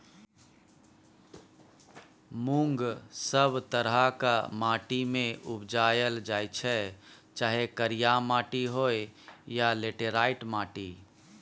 मुँग सब तरहक माटि मे उपजाएल जाइ छै चाहे करिया माटि होइ या लेटेराइट माटि